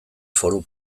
foru